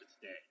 today